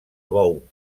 bou